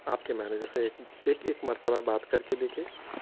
آپ کے مینیجر سے ایک ایک مرتبہ بات کر کے دیکھیے